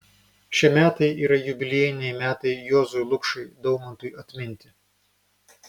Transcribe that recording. šie metai yra jubiliejiniai metai juozui lukšai daumantui atminti